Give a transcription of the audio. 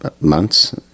months